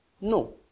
No